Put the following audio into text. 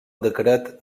decret